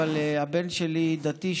אבל הבן שלי דתי,